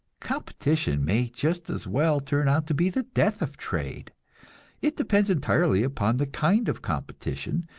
competition may just as well turn out to be the death of trade it depends entirely upon the kind of competition,